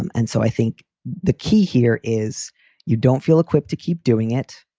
um and so i think the key here is you don't feel equipped to keep doing it.